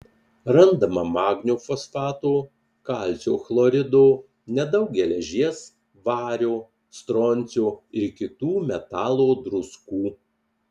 randama magnio fosfato kalcio chlorido nedaug geležies vario stroncio ir kitų metalo druskų